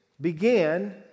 began